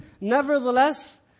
Nevertheless